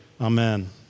Amen